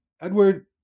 Edward